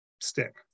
stick